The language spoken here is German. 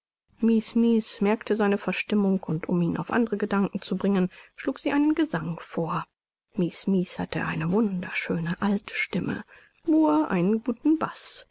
merkte seine verstimmung und um ihn auf andere gedanken zu bringen schlug sie einen gesang vor mies mies hatte eine wunderschöne alt stimme murr einen